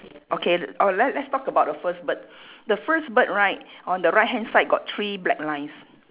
okay oh let's let's talk about the first bird the first bird right on the right hand side got three black lines